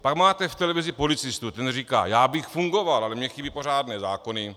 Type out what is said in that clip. Pak máte v televizi policistu, ten říká: já bych fungoval, ale mně chybí pořádné zákony.